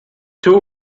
two